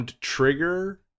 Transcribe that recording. Trigger